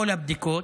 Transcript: כל הבדיקות.